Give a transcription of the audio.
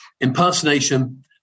impersonation